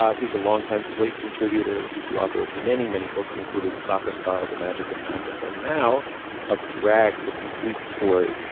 ah he's a longtime slate contributor. he's the author of many many books including soccer style the magic and madness and now of drag the complete story.